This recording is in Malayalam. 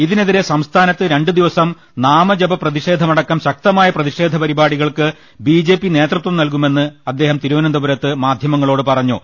ഇതിനെതിരെ സംസ്ഥാനത്ത് രണ്ടുദിവസം നാമജപ പ്രതി ഷേധമടക്കം ശക്തമായ പ്രതിഷേധ പരിപാടികൾക്ക് ബിജെപി നേതൃത്വം നൽകുമെന്ന് അദ്ദേഹം തിരുവനന്തപുരത്ത് മാധ്യമങ്ങളോട് പറഞ്ഞു